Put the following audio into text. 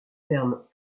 termes